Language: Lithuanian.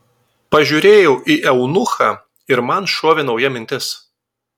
pažiūrėjau į eunuchą ir man šovė nauja mintis